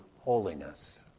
holiness